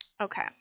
Okay